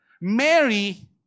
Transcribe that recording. Mary